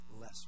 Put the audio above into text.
less